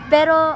Pero